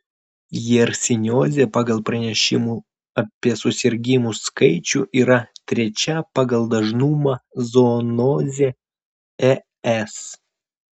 jersiniozė pagal pranešimų apie susirgimus skaičių yra trečia pagal dažnumą zoonozė es